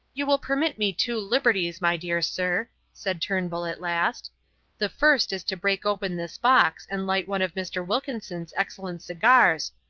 you will permit me two liberties, my dear sir, said turnbull at last the first is to break open this box and light one of mr. wilkinson's excellent cigars,